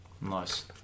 Nice